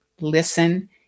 listen